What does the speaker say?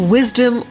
Wisdom